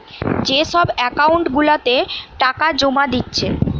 যে সব একাউন্ট গুলাতে টাকা জোমা দিচ্ছে